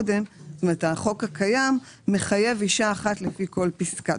החוק הקיים מחייב אישה אחת לפי כל פסקה.